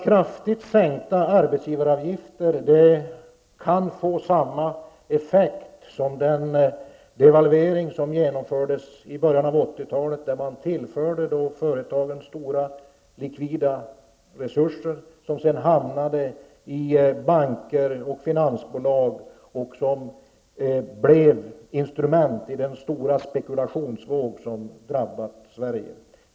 Kraftigt sänkta arbetsgivaravgifter kan få samma effekt som den devalvering som genomfördes i början av 80-talet, då företagen tillfördes stora likvida resurser, som sedan hamnade i banker och finansbolag och blev instrument i den stora spekulationsvåg som har drabbat Sverige.